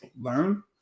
learn